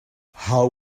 how